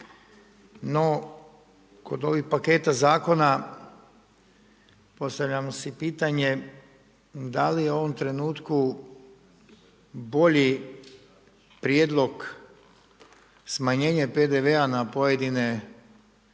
no kod ovih paketa zakona postavljamo si pitanje da li u ovom trenutku bolji prijedlog smanjenje PDV-a na pojedine